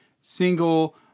single